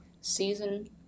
season